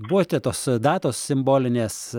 buvote tos datos simbolinės